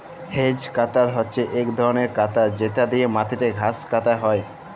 hedge cutter হছে ইক ধরলের কাটার যেট দিঁয়ে মাটিতে ঘাঁস কাটা হ্যয়